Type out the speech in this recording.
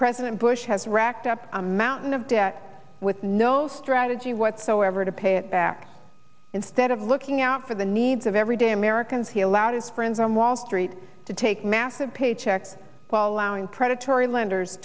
president bush has racked up a mountain of debt with no strategy whatsoever to pay it back instead of looking out for the needs of everyday americans he allowed his friends on wall street to take massive paychecks following predatory lenders